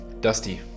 Dusty